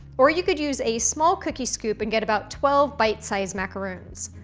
or you could use a small cookie scoop and get about twelve bite-sized macaroons.